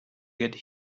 get